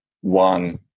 one